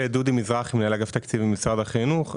אני מנהל אגף תקציבים במשרד החינוך.